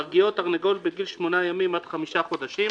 "פרגית" תרנגולת בגיל שמונה ימים עד חמישה חודשים,